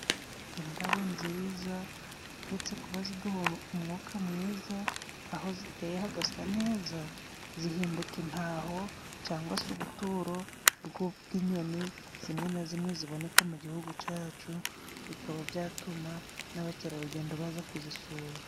Indabo nziza uretse kuba ziduha umwuka mwiza, aho ziteye hagasa neza. Zihinduka intaho cyangwa se ubuturo bw'inyoni zimwe na zimwe ziboneka mu Gihugu. cyacu bikaba byatuma n'abakerarugendo baza kuzisura.